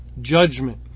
judgment